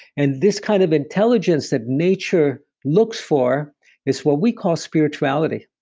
and this kind of intelligence that nature looks for is what we call spirituality.